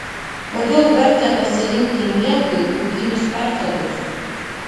kodėl verta pasirinkti miegui pūkinius patalus